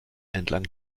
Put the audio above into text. entlang